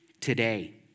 today